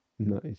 Nice